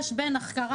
יש הבדל בין החכרה,